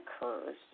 occurs